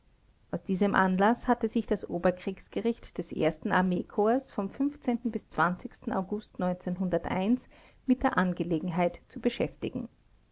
aus diesem anlaß hatte sich das oberkriegsgericht des ersten armeekorps vom bis august mit der angelegenheit zu beschäftigen